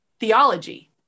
theology